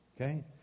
Okay